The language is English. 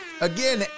Again